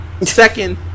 Second